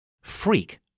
Freak